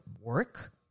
work